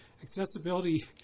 accessibility